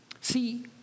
See